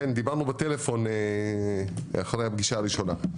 כן, דיברנו בטלפון אחרי הפגישה הראשונה.